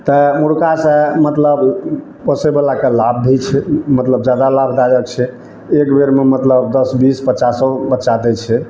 तऽ मुर्गासँ मतलब पोसै बलाके लाभ भी छै मतलब जादा लाभदायक छै एक बेरमे मतलब दश बीस पचासो बच्चा दै छै